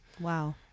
Wow